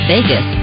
Vegas